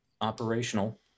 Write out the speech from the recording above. operational